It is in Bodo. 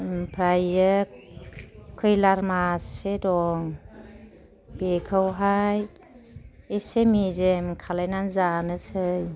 ओमफ्रायो खैलार मोसे दं बेखौहाय एसे मेजेम खालायनानै जानोसै